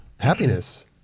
Happiness